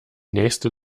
nächste